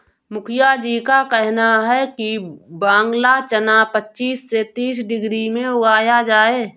मुखिया जी का कहना है कि बांग्ला चना पच्चीस से तीस डिग्री में उगाया जाए